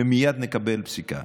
ומייד נקבל פסיקה.